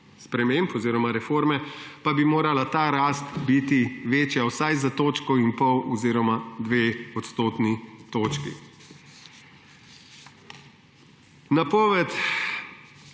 sprememb oziroma reforme, pa bi morala ta rast biti večja vsaj za točko in pol oziroma dve odstotni točki.« Napoved,